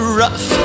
rough